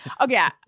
Okay